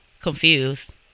confused